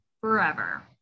forever